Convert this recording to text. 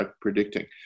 predicting